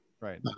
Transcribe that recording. Right